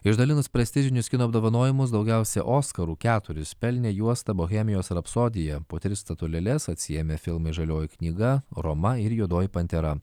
išdalinus prestižinius kino apdovanojimus daugiausiai oskarų keturis pelnė juosta bohemijos rapsodija po tris statulėles atsiėmė filmai žalioji knyga roma ir juodoji pantera